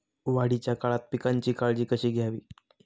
वाढीच्या काळात पिकांची काळजी कशी घ्यावी?